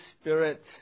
Spirit